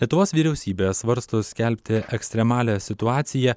lietuvos vyriausybė svarsto skelbti ekstremalią situaciją